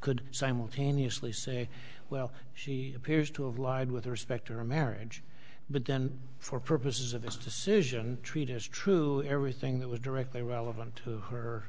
could simultaneously say well she appears to have lied with respect to a marriage but then for purposes of this decision treat as true everything that was directly relevant to her